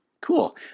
Cool